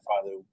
father